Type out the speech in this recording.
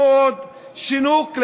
יש עליך אחריות,